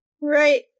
Right